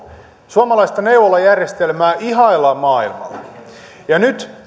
suomalaista neuvolajärjestelmää ihaillaan maailmalla nyt